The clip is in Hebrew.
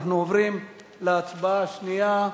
אנחנו ניגשים,